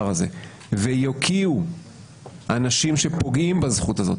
ויוקיעו אנשים שפוגעים בזכות הזאת